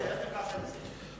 איך הגעת לזה?